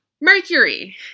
Mercury